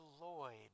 Lloyd